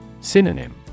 Synonym